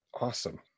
Awesome